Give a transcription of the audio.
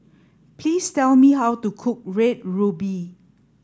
please tell me how to cook red ruby